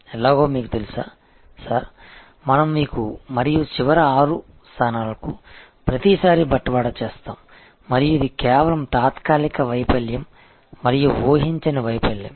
ఎలాగో మీకు తెలుసు సార్ మనము మీకు మరియు చివరి ఆరు స్థానాలకు ప్రతిసారీ బట్వాడా చేస్తాము మరియు ఇది కేవలం తాత్కాలిక వైఫల్యం మరియు ఊహించని వైఫల్యం